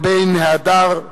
לבין ה"הדר"